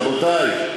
רבותי,